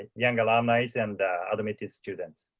young alumni and admitted students.